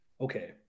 Okay